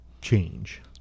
change